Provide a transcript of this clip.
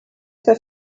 que